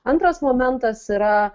antras momentas yra